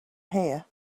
here